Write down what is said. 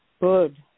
Good